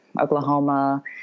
Oklahoma